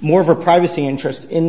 more of a privacy interest in